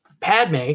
Padme